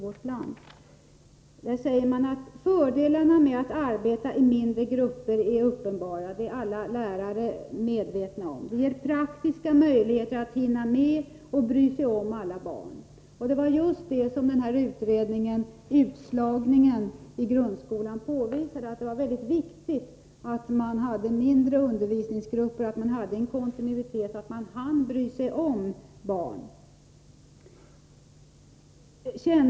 I TCO-tidningen säger man att fördelarna med att arbeta i mindre grupper är uppenbara, något som alla lärare är medvetna om. ”Det ger praktiska möjligheter att hinna med och bry sig om alla barn.” Det var just det som utredningen Utslagningen i grundskolan påvisade, dvs. att det är mycket viktigt att ha mindre undervisningsgrupper, en kontinuitet och hinna bry sig om barnen.